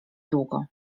długo